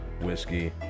whiskey